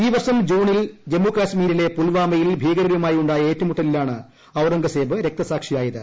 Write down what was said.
ഈ വർഷം ജൂണിൽ ജമ്മുകാശ്മീരിലെ പുൽവാമയിൽ ഭീകരരുമായുണ്ടായ ഏറ്റുമുട്ടലിലാണ് ഔറംഗസേബ് രക്തസാക്ഷിയായത്